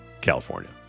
California